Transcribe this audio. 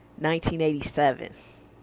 1987